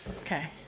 Okay